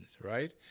right